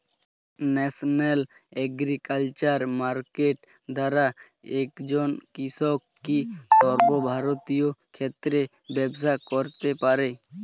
National agriculture market দ্বারা একজন কৃষক কি সর্বভারতীয় ক্ষেত্রে ব্যবসা করতে পারে?